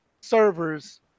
servers